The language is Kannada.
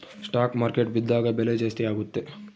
ಸ್ಟಾಕ್ ಮಾರ್ಕೆಟ್ ಬಿದ್ದಾಗ ಬೆಲೆ ಜಾಸ್ತಿ ಆಗುತ್ತೆ